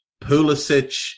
Pulisic